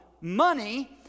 money